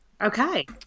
okay